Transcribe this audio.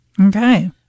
Okay